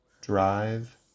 Drive